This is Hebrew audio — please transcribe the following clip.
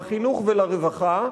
לחינוך ולרווחה,